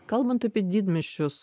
kalbant apie didmiesčius